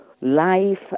life